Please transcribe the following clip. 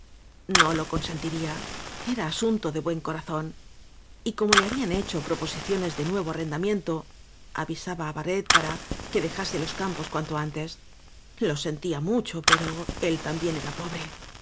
no lo consentiría era asunto de buen corazón y como le habían hecho proposiciones de nuevo arrendamiento avisaba á barret para que dejase los campos cuanto antes lo sentía mucho pero él tam bién era pobre